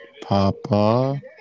Papa